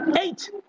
eight